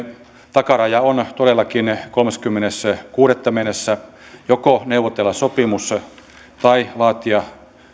takaraja on todellakin kolmaskymmenes kuudetta mennessä joko neuvotella sopimus tai laatia